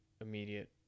immediate